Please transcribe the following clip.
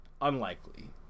unlikely